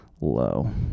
low